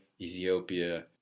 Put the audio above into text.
Ethiopia